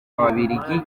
ababiligi